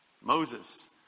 Moses